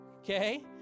okay